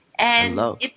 Hello